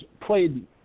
played